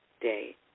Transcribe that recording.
day